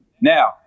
Now